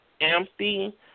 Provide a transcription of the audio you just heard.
empty